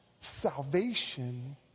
salvation